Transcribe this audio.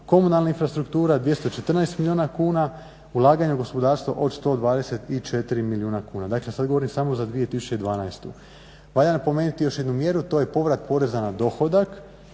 komunalna infrastruktura 214 milijuna kuna, ulaganje u gospodarstvo od 124 milijuna kuna. dakle sada govorim samo za 2012. Valja napomenuti još jednu mjeru to je povrat poreza na dohodak